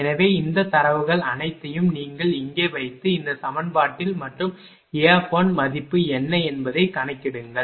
எனவே இந்தத் தரவுகள் அனைத்தையும் நீங்கள் இங்கே வைத்து இந்த சமன்பாட்டில் மற்றும் A மதிப்பு என்ன என்பதைக் கணக்கிடுங்கள்